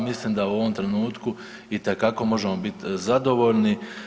Mislim da u ovom trenutku itekako možemo biti zadovoljni.